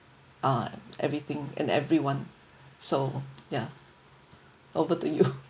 ah everything and everyone so ya over to you